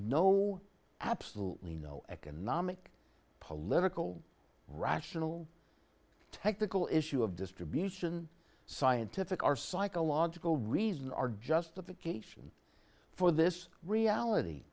no absolutely no economic political rational technical issue of distribution scientific our psychological reason our justification for this reality